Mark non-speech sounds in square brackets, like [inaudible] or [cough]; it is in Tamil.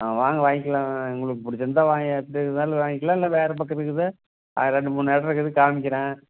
ஆ வாங்க வாங்கிலாம் உங்களுக்கு புடிச்சிருந்தா வாங்க எப்படி [unintelligible] வாங்கிலாம் இல்லை வேற பக்கம் இருக்குது அது ரெண்டு மூணு இடம் இருக்குது காமிக்கிறேன்